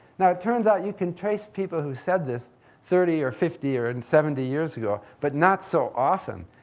now, it turns out you can trace people who said this thirty or fifty or and seventy years ago, but not so often.